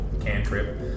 cantrip